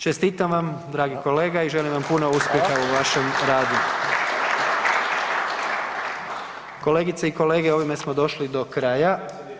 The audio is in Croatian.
Čestitam vam, dragi kolega i želim vam puno uspjeha u vašem radu. Kolegice i kolege, ovime smo došli do kraja.